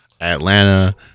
Atlanta